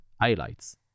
highlights